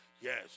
Yes